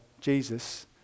Jesus